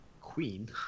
Queen